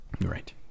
Right